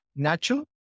Nacho